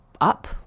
up